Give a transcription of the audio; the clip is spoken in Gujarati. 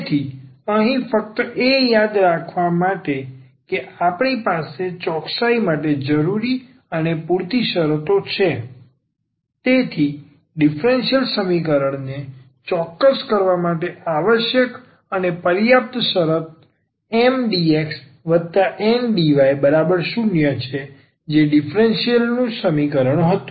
તેથી અહીં ફક્ત એ યાદ કરવા માટે કે આપણી પાસે ચોકસાઈ માટે જરૂરી અને પૂરતી શરતો છે તેથી ડીફરન્સીયલ સમીકરણને ચોક્કસ કરવા માટે આવશ્યક અને પર્યાપ્ત શરત MDx Ndy 0 છે જે ડીફરન્સીયલ નું સમીકરણ હતું